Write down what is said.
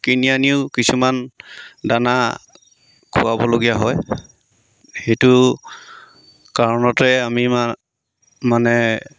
কিনি আনিও কিছুমান দানা খুৱাবলগীয়া হয় সেইটো কাৰণতে আমি মানে